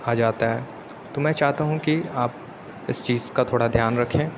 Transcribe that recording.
آ جاتا ہے تو میں چاہتا ہوں کہ آپ اِس چیز کا تھوڑا دھیان رکھیں